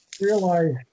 realize